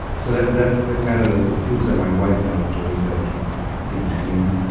so that's, that's the kind of the, the fruits that my wife now enjoys, that i keep things clean. and,